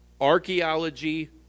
archaeology